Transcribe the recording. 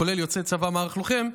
כולל יוצא צבא במערך הלוחם,